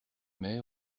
mères